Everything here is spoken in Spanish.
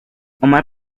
omar